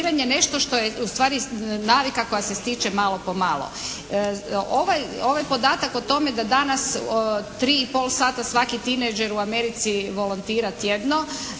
nešto što je ustvari navika koja se stiče malo-pomalo. Ovaj podatak o tome da danas tri i pol sata svaki teenager u Americi volontira tjedno